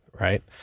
right